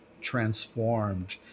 transformed